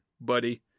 buddy